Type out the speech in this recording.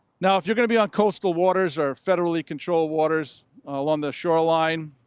now, if you're going to be on coastal waters or federally controlled waters along the shoreline,